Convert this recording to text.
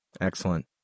Excellent